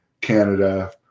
Canada